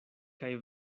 kaj